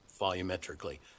volumetrically